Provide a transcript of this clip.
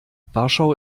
warschau